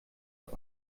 auf